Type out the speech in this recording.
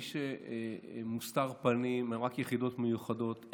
מי שמוסתרים בפנים הם רק יחידות מיוחדות.